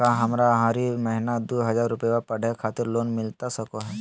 का हमरा हरी महीना दू हज़ार रुपया पढ़े खातिर लोन मिलता सको है?